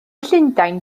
llundain